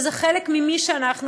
וזה חלק ממי שאנחנו,